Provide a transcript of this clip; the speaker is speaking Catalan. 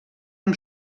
amb